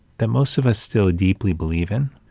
that most of us still deeply believe in,